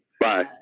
Bye